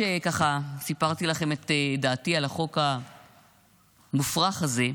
שככה סיפרתי לכם את דעתי על החוק המופרך הזה,